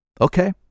Okay